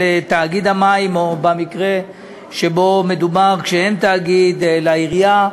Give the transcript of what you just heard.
לתאגיד המים, או במקרה שאין תאגיד, לעירייה,